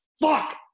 Fuck